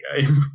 game